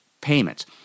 payments